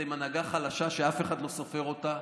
אתם הנהגה חלשה שאף אחד לא סופר אותה,